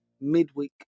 Midweek